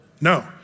No